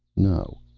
no.